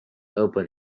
upon